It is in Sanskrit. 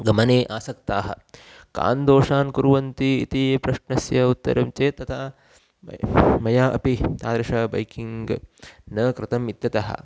गमने आसक्ताः कान् दोषान् कुर्वन्ति इति प्रश्नस्य उत्तरं चेत् तदा मया अपि तादृशं बैकिङ्ग् न कृतम् इत्यतः